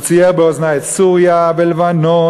והוא ציין באוזני את סוריה ולבנון,